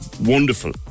wonderful